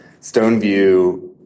Stoneview